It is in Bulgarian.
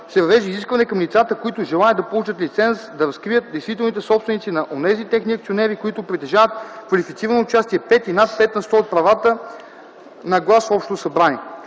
се въвежда изискване към лицата, които желаят да получат лиценз, да разкрият действителните собственици на онези техни акционери, които притежават квалифицирано участие – 5 и над 5 на сто от правата на глас в общото събрание.